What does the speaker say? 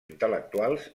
intel·lectuals